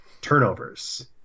turnovers